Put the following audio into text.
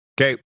Okay